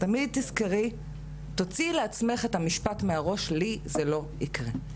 תמיד תזכרי ותוציאי לעצמך מהראש את המשפט: לי זה לא יקרה,